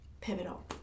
pivotal